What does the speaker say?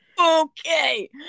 Okay